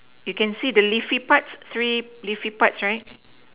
you can see the leafy parts three leafy parts right